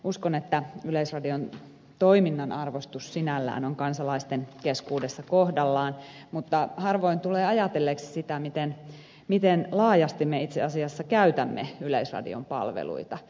uskon että yleisradion toiminnan arvostus sinällään on kansalaisten keskuudessa kohdallaan mutta harvoin tulee ajatelleeksi sitä miten laajasti me itse asiassa käytämme yleisradion palveluita